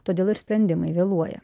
todėl ir sprendimai vėluoja